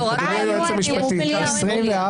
אתה עצרת בגלל המזגן.